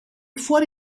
fuori